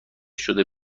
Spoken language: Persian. شده